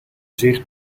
zich